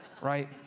right